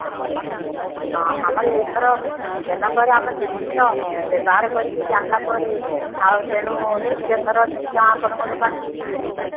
ହଁ ଆମର ହଁ ଆମର ଏଇଥର ଦେଲା ପରେ ଆମର ଜିନିଷ ବ୍ୟବହାର କରିକି ଜାଣିଲା ପରେ ଆଉ ତେଣୁ ଦ୍ଵିତୀୟ ଥର ନିଶ୍ଚୟ ଆପଣଙ୍କ ଦୋକାନକୁ ଯିବୁ ଆଉ